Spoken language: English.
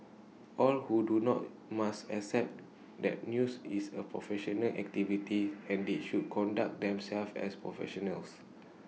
all who do not must accept that news is A professional activity and they should conduct themselves as professionals